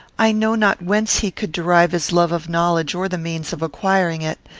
i know not whence he could derive his love of knowledge or the means of acquiring it.